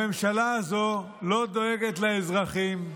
הממשלה הזו לא דואגת לאזרחים,